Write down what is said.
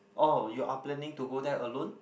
oh you are planning to go there alone